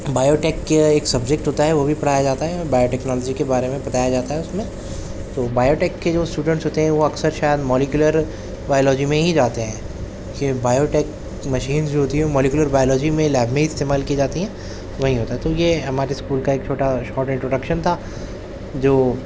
biotech ایک subject ہوتا ہے وہ بھی پڑھایا جاتا ہے اور بایو ٹیکنالوجی کے بارے میں بتایا جاتا ہے اس میں تو بایوٹیک کے جو اسٹوڈینٹس ہوتے ہیں وہ اکثر شاید مولیکولر بایولوجی میں ہی جاتے ہیں کہ بایوٹیک مشین جو ہوتی ہے وہ مولیکولر بایولوجی میں لیب میں استعمال کی جاتی ہیں وہیں ہوتا ہے تو یہ ہمارے اسکول کا ایک چھوٹا شارٹ انٹروڈکشن تھا جو